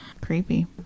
Creepy